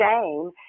Shame